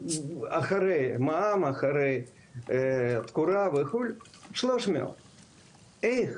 אחרי מע"מ אחרי תקורה וכו' 300. איך?